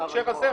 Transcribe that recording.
בהקשר הזה,